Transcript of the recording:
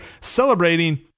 celebrating